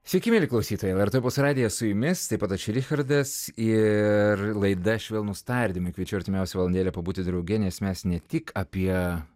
sveiki mieli klausytojai lrt opus radijas su jumis taip pat aš richardas ir laida švelnūs tardymai kviečiu artimiausią valandėlę pabūti drauge nes mes ne tik apie